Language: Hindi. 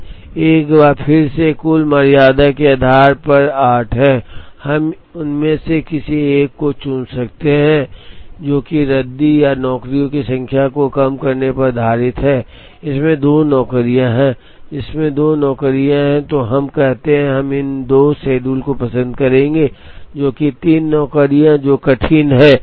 एक बार फिर से कुल मर्यादा के आधार पर 8 है हम उनमें से किसी एक को चुन सकते हैं जो कि रद्दी नौकरियों की संख्या को कम करने पर आधारित है इसमें 2 नौकरियां हैं जिसमें 2 नौकरियां हैं तो हम कहते हैं हम इन 2 शेड्यूल को पसंद करेंगे जो कि 3 नौकरियां जो कठिन हैं